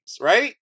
right